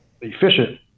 efficient